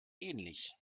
ähnlich